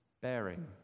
bearing